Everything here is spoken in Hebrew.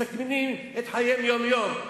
מסכנים את חייהם יום-יום.